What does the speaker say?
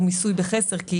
ואגב,